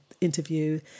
interview